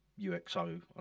UXO